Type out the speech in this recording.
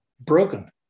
broken